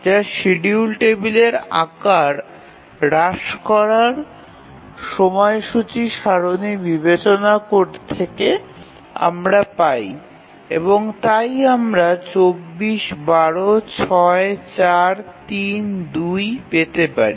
এটা শিডিউল টেবিলের আকার হ্রাস করার সময়সূচী সারণী বিবেচনা থেকে আমরা পাই এবং তাই আমরা ২৪ ১২ ৬ ৪ ৩ ২ পেতে পারি